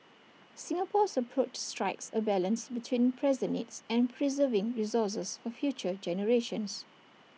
Singapore's approach strikes A balance between present needs and preserving resources for future generations